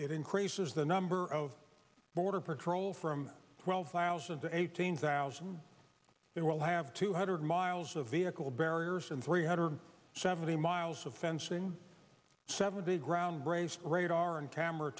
it increases the number of border patrol from twelve to eighteen thousand they will have two hundred miles of vehicle barriers and three hundred seventy miles of fencing seventy ground brazed radar and camera